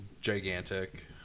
gigantic